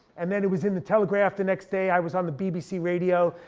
and then it was in the telegraph the next day, i was on the bbc radio,